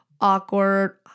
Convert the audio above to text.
awkward